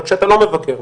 רק שאתה לא מבקר.